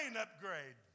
upgrade